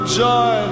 joy